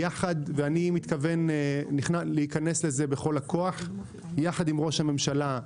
אני מתכוון להיכנס לזה בכל הכוח יחד עם ראש הממשלה.